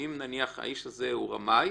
אם נניח האיש הזה הוא רמאי,